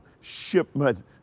shipment